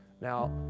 Now